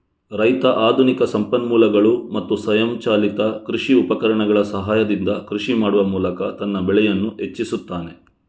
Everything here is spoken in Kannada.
ರೈತ ಆಧುನಿಕ ಸಂಪನ್ಮೂಲಗಳು ಮತ್ತು ಸ್ವಯಂಚಾಲಿತ ಕೃಷಿ ಉಪಕರಣಗಳ ಸಹಾಯದಿಂದ ಕೃಷಿ ಮಾಡುವ ಮೂಲಕ ತನ್ನ ಬೆಳೆಯನ್ನು ಹೆಚ್ಚಿಸುತ್ತಾನೆ